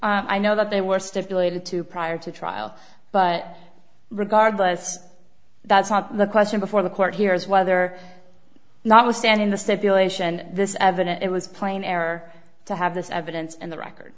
and i know that they were stipulated to prior to trial but regardless that's not the question before the court here is whether notwithstanding the stipulation and this evidence it was plain error to have this evidence and the